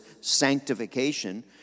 sanctification